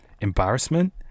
embarrassment